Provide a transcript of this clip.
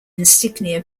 insignia